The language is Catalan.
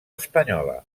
espanyola